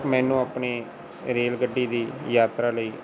ਮੈਨੂੰ ਆਪਣੀ ਰੇਲ ਗੱਡੀ ਦੀ ਯਾਤਰਾ ਲਈ